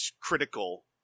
critical